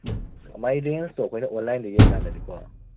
M ꯃꯥꯏ ꯔꯦꯟꯖꯇꯣ ꯑꯩꯈꯣꯏꯅ ꯑꯣꯟꯂꯥꯏꯟꯗꯒꯤ ꯌꯦꯡꯀꯥꯟꯗꯗꯤꯀꯣ